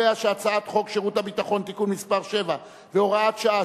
חוק שירות ביטחון (תיקון מס' 7 והוראת שעה)